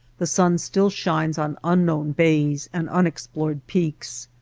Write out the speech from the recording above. the sun still shines on unknown bays and unexplored peaks.